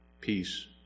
peace